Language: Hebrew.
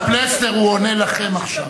ופלסנר, הוא עונה לכם עכשיו.